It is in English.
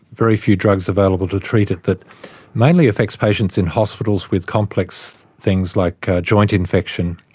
very few drugs available to treat it. that mainly affects patients in hospitals with complex things like joint infection.